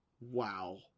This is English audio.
Wow